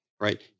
Right